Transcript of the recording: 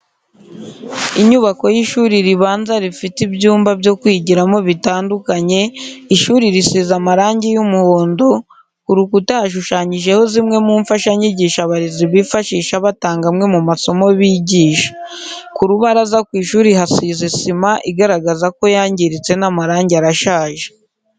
Inyubako y'ishuri ribanza rifite ibyumba byo kwigiramo bitandukanye, ishuri risize amarangi y'umuhondo, ku rukura hashushanyijeho zimwe mu mfashanyigisho abarezi bifashisha batanga amwe mu masomo bigisha. Ku rubaraza rw'ishuri hasize sima igaragara ko yangiritse n'amarangi arashaje.